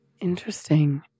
Interesting